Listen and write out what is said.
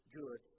good